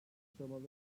suçlamaları